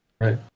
Right